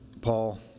Paul